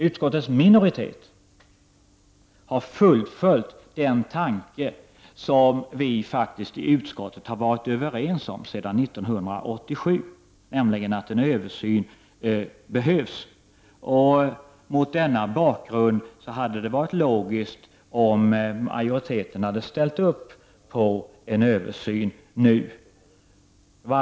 Utskottets minoritet har fullföljt den tanke som utskottet faktiskt har varit överens om sedan 1987, nämligen att en översyn behövs. Mot denna bakgrund hade det varit logiskt om majoriteten hade ställt sig bakom en översyn nu.